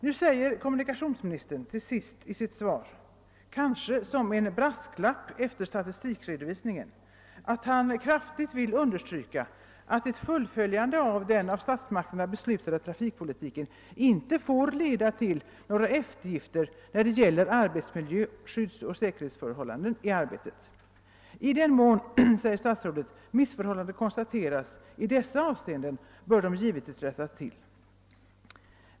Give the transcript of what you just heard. Nu säger kommunikationsministern sist i sitt svar — kanske som en brasklapp efter statistikredovisningen — att han kraftigt vill understryka att fullföljande av den av statsmakterna beslutade trafikpolitiken inte får leda till några eftergifter när det gäller arbetsmiljö, skyddsoch säkerhetsförhållanden i arbetet. I den mån missförhållanden konstateras i dessa avseenden bör de givetvis rättas till.